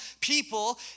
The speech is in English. people